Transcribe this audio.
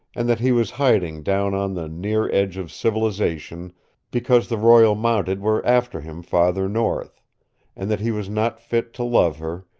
and that he was hiding down on the near-edge of civilization because the royal mounted were after him farther north and that he was not fit to love her,